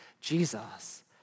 Jesus